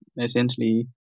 essentially